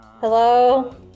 Hello